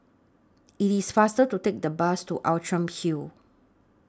IT IS faster to Take The Bus to Outram Hill